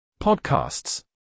Podcasts